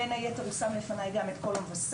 בין היתר הוא שם לפניי גם את "קול המבשר"